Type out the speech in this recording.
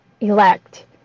elect